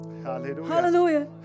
Hallelujah